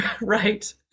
right